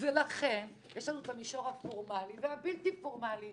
ולכן יש לנו את המישור הפורמאלי ובלתי פורמאלי.